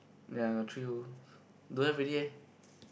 ya true don't have already eh